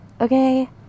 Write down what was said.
okay